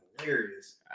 hilarious